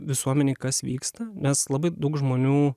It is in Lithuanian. visuomenei kas vyksta nes labai daug žmonių